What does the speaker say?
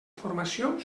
formació